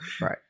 right